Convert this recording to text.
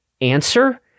answer